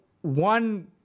one